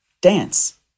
dance